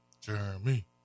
Jeremy